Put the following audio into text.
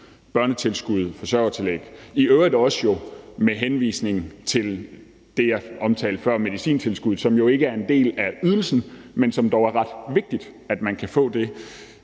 børnetilskud og forsørgertillæg, i øvrigt jo også med henvisning til det, jeg omtalte før, nemlig medicintilskuddet, som jo ikke er en del af ydelsen, men som det dog er ret vigtigt man kan få. Det